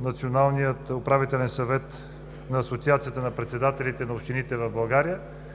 националния Управителен съвет на Асоциацията на председателите на общините в България.